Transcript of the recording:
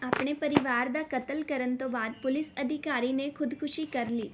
ਆਪਣੇ ਪਰਿਵਾਰ ਦਾ ਕਤਲ ਕਰਨ ਤੋਂ ਬਾਅਦ ਪੁਲਿਸ ਅਧਿਕਾਰੀ ਨੇ ਖ਼ੁਦਕੁਸ਼ੀ ਕਰ ਲਈ